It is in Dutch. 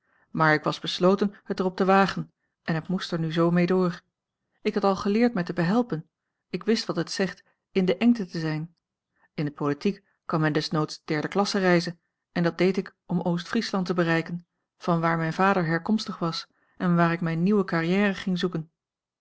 maar ik was besloten het er op te wagen en het moest er nu z mee door ik had al geleerd mij te behelpen ik wist wat het zegt in de engte te zijn in t politiek kan men desnoods derde klasse reizen en dat deed ik om oost-friesland te bereiken vanwaar mijn vader herkomstig was en waar ik mijn nieuwe carrière ging zoeken